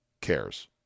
cares